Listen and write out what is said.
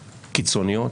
קיצוניות,